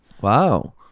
Wow